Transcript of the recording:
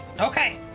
Okay